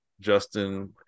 Justin